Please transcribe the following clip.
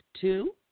two